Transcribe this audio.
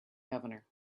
governor